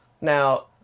Now